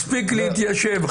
לא מקבלת תשובות.